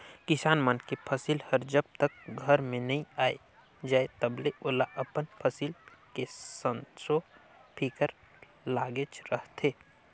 किसान मन के फसिल हर जब तक घर में नइ आये जाए तलबे ओला अपन फसिल के संसो फिकर लागेच रहथे